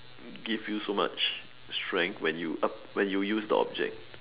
give you so much strength when you up when you use the object